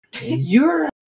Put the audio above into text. You're-